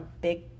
big